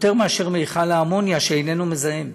יותר ממכל האמוניה, שאיננו מזהם,